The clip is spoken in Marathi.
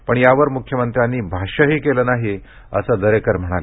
पण यावर म्ख्यमंत्र्यांनी भाष्यही केलं नाही असं दरेकर म्हणाले